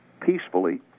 peacefully